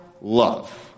love